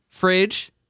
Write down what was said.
fridge